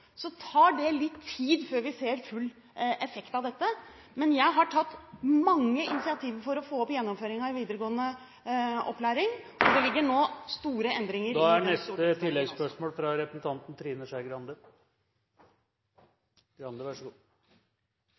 Så tar det litt tid før vi ser full effekt av dette, men jeg har tatt mange initiativ for å få opp gjennomføringen i videregående opplæring, og det ligger nå store endringer